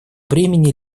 бремени